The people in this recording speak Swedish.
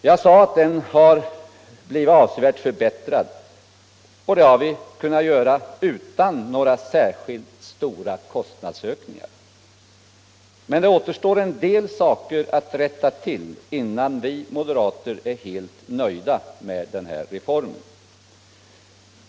Jag sade att föräldraförsäkringen blivit avsevärt förbättrad. Den förbättringen har vi kunnat åstadkomma utan några särskilt stora kostnadsökningar. Men det återstår en del saker att rätta till innan vi moderater är helt nöjda med den här reformen.